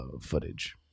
footage